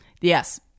Yes